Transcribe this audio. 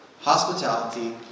Hospitality